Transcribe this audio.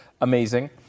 Amazing